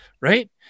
right